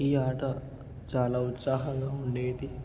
ఈ ఆట చాలా ఉత్సాహంగా ఉండేది